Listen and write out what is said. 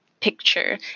picture